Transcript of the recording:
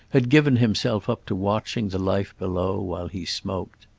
had given himself up to watching the life below while he smoked.